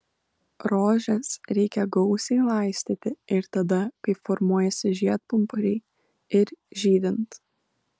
rožes reikia gausiai laistyti ir tada kai formuojasi žiedpumpuriai ir žydint